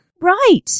Right